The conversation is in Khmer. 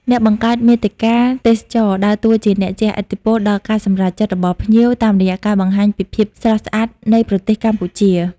អ្នកបង្កើតមាតិកាទេសចរណ៍ ដើរតួជាអ្នកជះឥទ្ធិពលដល់ការសម្រេចចិត្តរបស់ភ្ញៀវ តាមរយៈការបង្ហាញពីភាពស្រស់ស្អាតនៃប្រទេសកម្ពុជា។